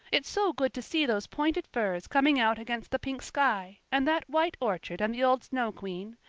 it's so good to see those pointed firs coming out against the pink sky and that white orchard and the old snow queen.